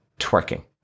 twerking